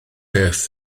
beth